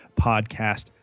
podcast